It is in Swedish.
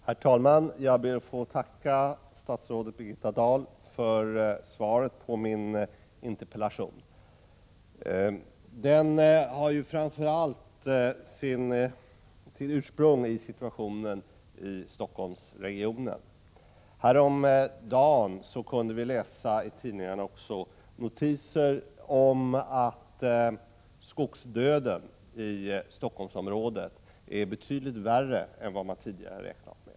Herr talman! Jag ber att få tacka statsrådet Birgitta Dahl för svaret på min interpellation. Interpellationen har framför allt sitt ursprung i situationen i Stockholmsregionen. Häromdagen fanns det i tidningen notiser om att skogsdöden i Stockholmsområdet är betydligt värre än man tidigare har räknat med.